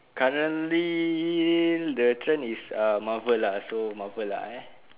currently the trend is ah Marvel lah so Marvel lah eh